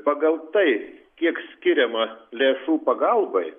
pagal tai kiek skiriama lėšų pagalbai